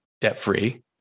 debt-free